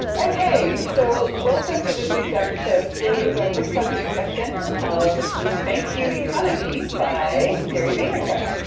okay, so, welcome to this week's episode. today is our book club discussion of the thank you economy, by gary vaynerchuk.